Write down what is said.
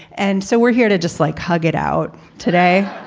and so we're here to just like hug it out today.